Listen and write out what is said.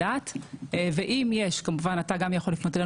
אתה גם יכול לפנות אלינו.